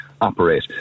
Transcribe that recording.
operate